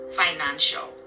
financial